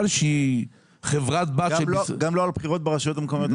גם לא על בחירות ברשויות מקומיות?